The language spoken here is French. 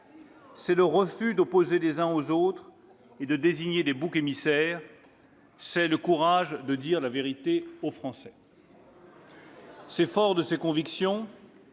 C'est le refus d'opposer les uns aux autres et de désigner des boucs émissaires. C'est le courage de dire la vérité aux Français. » Vous avez donc changé